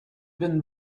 been